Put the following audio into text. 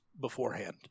beforehand